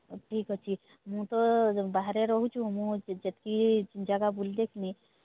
ହଉ ଠିକ୍ ଅଛି ମୁଁ ତ ବାହାରେ ରହୁଛି ମୁଁ ଯେ ଯେତିକି ଜାଗା ବୁଲି ଦେଖିଲି